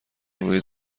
روی